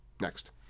next